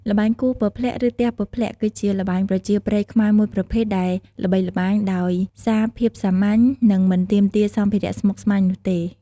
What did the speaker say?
ល្បែងគោះពព្លាក់ ឬទះពព្លាក់ គឺជាល្បែងប្រជាប្រិយខ្មែរមួយប្រភេទដែលល្បីល្បាញដោយសារភាពសាមញ្ញ និងមិនទាមទារសម្ភារៈស្មុគស្មាញនោះទេ។